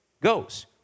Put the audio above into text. goes